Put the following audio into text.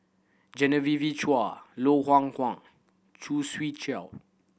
Genevieve Chua Low Khoo Swee Chiow